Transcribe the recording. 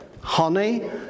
Honey